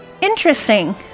Interesting